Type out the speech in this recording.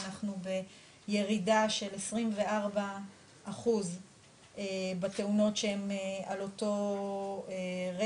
אנחנו בירידה של 24% בתאונות שהן על אותו רקע,